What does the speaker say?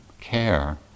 care